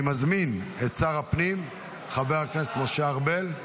אני מזמין את שר הפנים חבר הכנסת משה ארבל,